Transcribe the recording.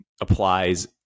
applies